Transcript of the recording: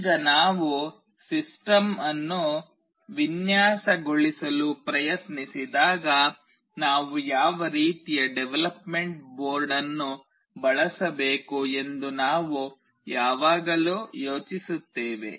ಈಗ ನಾವು ಸಿಸ್ಟಮ್ ಅನ್ನು ವಿನ್ಯಾಸಗೊಳಿಸಲು ಪ್ರಯತ್ನಿಸಿದಾಗ ನಾವು ಯಾವ ರೀತಿಯ ಡೆವಲಪ್ಮೆಂಟ್ ಬೋರ್ಡ್ಅನ್ನು ಬಳಸಬೇಕು ಎಂದು ನಾವು ಯಾವಾಗಲೂ ಯೋಚಿಸುತ್ತೇವೆ